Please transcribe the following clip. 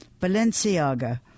Balenciaga